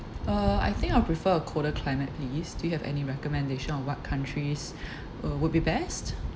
uh I think I'll prefer a colder climate please do you have any recommendation on what countries uh would be best